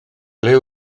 ble